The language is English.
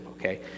okay